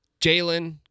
Jalen